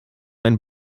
ein